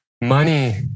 money